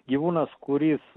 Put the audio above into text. gyvūnas kuris